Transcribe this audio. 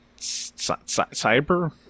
cyber